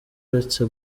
uretse